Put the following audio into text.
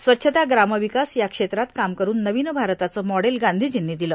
स्वच्छता ग्रामविकास या क्षेत्रात काम करून नविन भारताचं मॉडेल गांधीजींनी दिलं